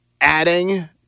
adding